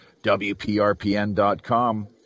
WPRPN.com